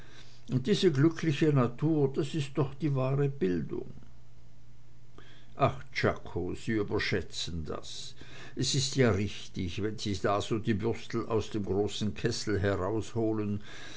und diese glückliche natur das ist doch die wahre bildung ach czako sie überschätzen das es ist ja richtig wenn sie da so die würstel aus dem großen kessel herausholen